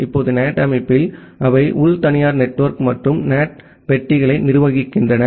இப்போது NAT அமைப்பில் அவை உள் தனியார் நெட்வொர்க் மற்றும் NAT பெட்டிகளை நிர்வகிக்கின்றன